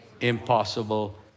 impossible